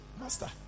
Master